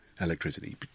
electricity